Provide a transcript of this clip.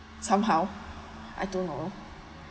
somehow I don't know